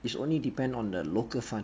it's only depend on the local fund